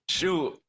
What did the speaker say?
Shoot